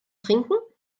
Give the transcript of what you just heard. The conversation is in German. trinken